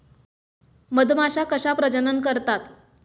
मधमाश्या कशा प्रजनन करतात?